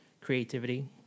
creativity